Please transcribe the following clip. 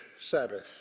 Sabbath